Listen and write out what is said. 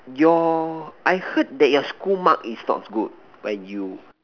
your I heard that your school mark is not good when you